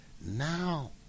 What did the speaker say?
Now